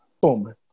Boom